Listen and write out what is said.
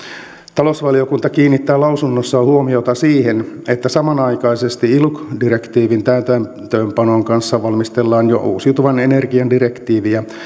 talousvaliokunta kiinnittää lausunnossaan huomiota siihen että samanaikaisesti iluc direktiivin täytäntöönpanon kanssa valmistellaan jo uusiutuvan energian direktiiviä